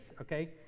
okay